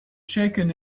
shaken